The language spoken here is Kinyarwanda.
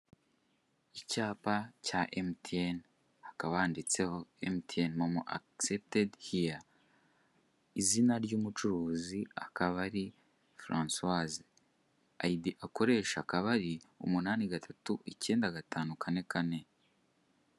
Icyapa cya MTN, hakaba handitseho "MTN MoMo accepted here", izina ry'umucuruzi akaba ari Francoise, ID akoresha akaba ari, umunani gatatu, icyenda gatanu, kane kane.